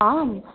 आम्